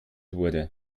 wurde